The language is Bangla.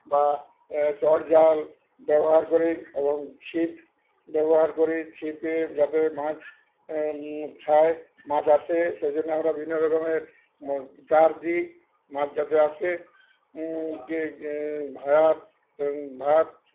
বা চট জাল ব্যবহার করি এবং ছিপ ব্যবহার করি ছিপে যাতে মাছ খায় মাছ আসে সেই জন্য আমরা বিভিন্ন রকমের চার দিই মাছ যাতে আসে কি ভাত ভাত